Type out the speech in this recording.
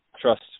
trust